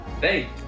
Hey